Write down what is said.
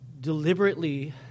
deliberately